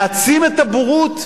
להעצים את הבורות?